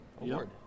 Award